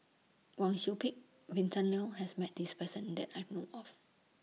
Wang Sui Pick Vint Leow has Met This Person that I know of